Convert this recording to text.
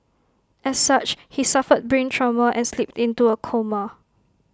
as such he suffered brain trauma and slipped into A coma